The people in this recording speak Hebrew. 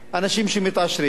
אנשים שמתעשרים,